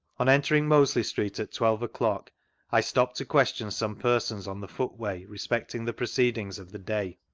on entering mosley street at twelve o'clock i stopped to question some persons on the footway respecting the proceedings of the day.